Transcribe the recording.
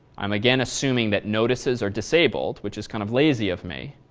i'm again assuming that notices are disabled which is kind of lazy of me,